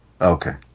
okay